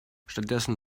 stattdessen